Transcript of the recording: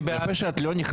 מי בעד?